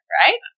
right